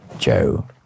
Joe